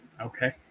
Okay